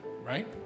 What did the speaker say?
right